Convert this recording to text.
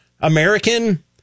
American